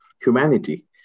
humanity